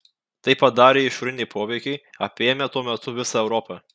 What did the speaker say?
tai padarė išoriniai poveikiai apėmę tuo metu visą europą